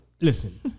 listen